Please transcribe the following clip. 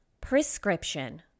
Prescription